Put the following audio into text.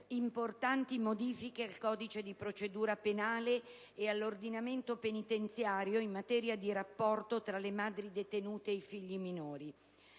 importanti modifiche al codice di procedura penale e all'ordinamento penitenziario in materia di rapporto tra le madri detenute ed i figli minori,